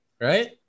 right